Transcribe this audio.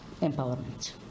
empowerment